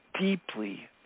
deeply